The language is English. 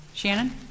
Shannon